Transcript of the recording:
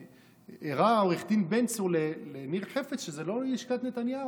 הראה עו"ד בן צור לניר חפץ שזאת לא לשכת נתניהו.